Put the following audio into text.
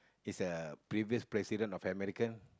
is a previous president of American